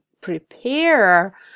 prepare